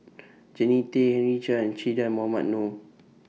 Jannie Tay Henry Chia and Che Dah Mohamed Noor